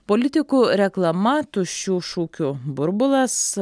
politikų reklama tuščių šūkių burbulas